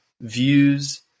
views